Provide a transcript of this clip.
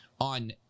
on